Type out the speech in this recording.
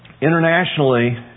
Internationally